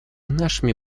нашими